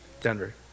Denver